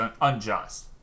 unjust